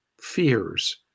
fears